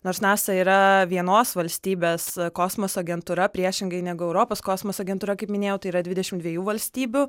nors nasa yra vienos valstybės kosmoso agentūra priešingai negu europos kosmoso agentūra kaip minėjau tai yra dvidešim dviejų valstybių